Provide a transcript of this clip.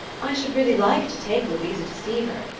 i should really like to take louisa to see her,